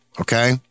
Okay